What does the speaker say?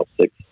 six